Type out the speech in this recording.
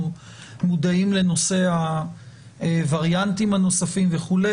מודעים לנושא הווריאנטים הנוספים וכו'.